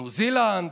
בניו זילנד,